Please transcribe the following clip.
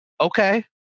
okay